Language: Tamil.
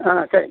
ஆ சரிங்க